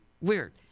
weird